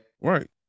Right